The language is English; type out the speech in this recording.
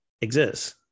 exists